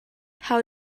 how